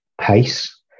pace